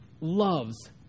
Loves